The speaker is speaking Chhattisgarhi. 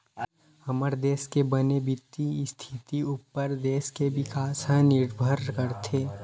हमर देस के बने बित्तीय इस्थिति उप्पर देस के बिकास ह निरभर करथे